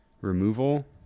removal